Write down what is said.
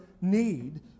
need